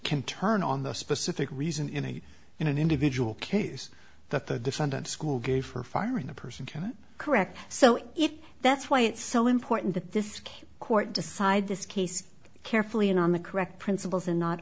can turn on the specific reason in a in an individual case that the defendant school gave for firing the person can't correct so if that's why it's so important that this court decide this case carefully and on the correct principles and not